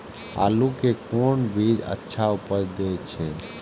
आलू के कोन बीज अच्छा उपज दे छे?